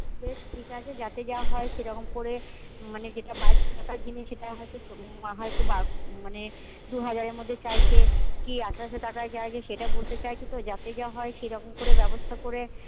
বেশ ঠিক আছে যাতে যা হয় সেরকম করে মানে যেটা বাইশশো টাকার জিনিস সেটা হয়তো হয়তো বা মানে দু হাজারের মধ্যে চাইছে কি আঠেরোশো টাকায় চাইছে সেটা বলতে চাইছ তো যাতে যা হয় সেরকম করে ব্যবস্থা করে